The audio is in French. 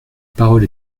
parole